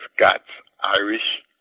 Scots-Irish